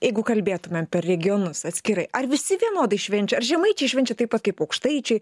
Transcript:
jeigu kalbėtumėm per regionus atskirai ar visi vienodai švenčia ar žemaičiai švenčia taip kaip aukštaičiai